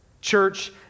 Church